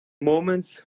Moments